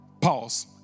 Pause